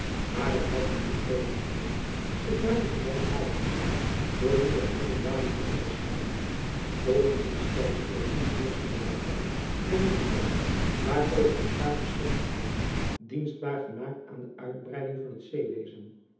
maar het had hem niet mogen gelukken zich na dien gedenkwaardigen dag door nieuwe heldendaden te onderscheiden volgends het stelsel der toen heerschende party werden de gelden waarover de staat beschikken kon dienstbaar gemaakt aan de uitbreiding van het zeewezen